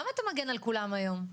למה אתה מגן על כולם היום?